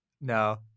no